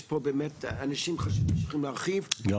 יש פה באמת אנשים חשובים שיכולים להרחיב --- גם